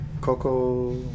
Coco